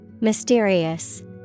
Mysterious